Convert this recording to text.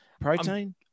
protein